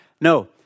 No